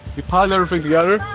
you pile everything together,